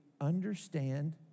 understand